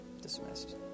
Dismissed